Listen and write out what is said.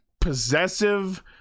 possessive